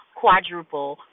quadruple